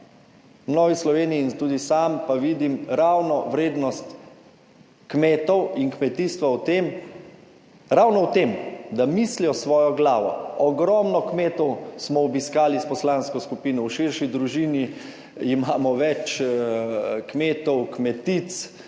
Novi Sloveniji in tudi sam, pa vidim ravno vrednost kmetov in kmetijstva v tem, ravno v tem, da mislijo s svojo glavo. Ogromno kmetov smo obiskali s poslansko skupino. V širši družini imamo več kmetov, kmetic,